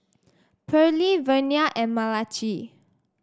Pearley Vernia and Malachi